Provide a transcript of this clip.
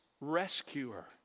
rescuer